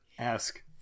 Ask